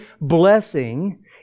blessing